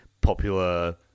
popular